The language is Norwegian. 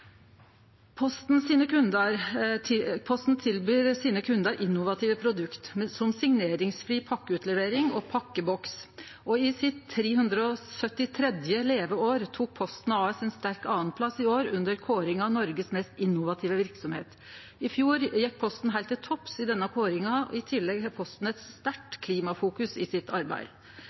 Posten tilbyr sine kundar innovative produkt, som signeringsfri pakkeutlevering og pakkeboks, og i sitt 373. leveår tok Posten AS ein sterk andreplass under årets kåring av Noregs mest innovative verksemd. I fjor gjekk Posten heilt til topps i denne kåringa. I tillegg har Posten eit sterkt klimafokus i sitt arbeid.